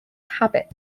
habits